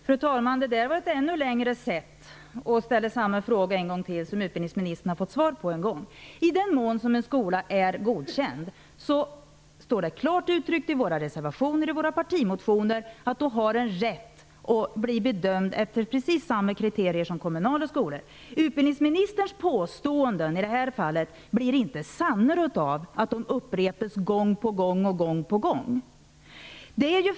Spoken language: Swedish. Fru talman! Detta var ett ännu längre sätt att ställa samma fråga en gång till, en fråga som utbildningsministern redan har fått svar på. I den mån som en skola är godkänd -- det står klart uttryckt i våra reservationer och i våra partimotioner -- har den rätt att bli bedömd efter precis samma kriterier som kummunala skolor. Utbildningsministerns påståenden i detta fall blir inte sannare av att de upprepas gång på gång.